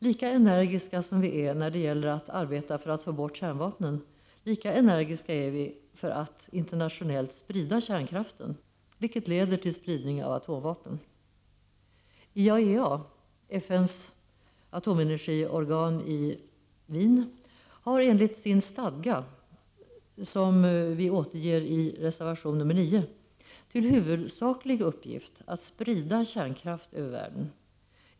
Lika energiska som vi är när det gäller att arbeta för att få bort kärnvapnen, lika ener giska är vi för att internationellt sprida kärnkraften, vilket leder till spridning av atomvapen. IAEA — FN:s atomenergiorgan i Wien — har enligt sin stadga, som vi återger i reservation 9, till huvudsaklig uppgift att sprida kärnkraft över världen.